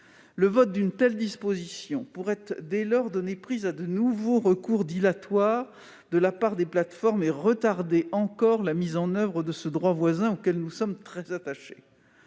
Le vote d'une telle disposition pourrait susciter de nouveaux recours dilatoires de la part des plateformes et retarder encore la mise en oeuvre de ce droit voisin, auquel nous sommes très attachés.